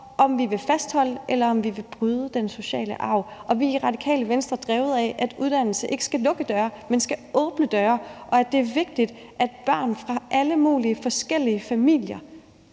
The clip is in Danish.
om vi vil fastholde, eller om vi vil bryde den sociale arv. Vi i Radikale Venstre er drevet af, at uddannelse ikke skal lukke døre, men skal åbne døre, og at det er vigtigt, at børn fra alle mulige forskellige familier,